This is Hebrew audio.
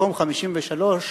מקום 53,